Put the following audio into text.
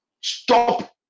Stop